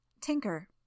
Tinker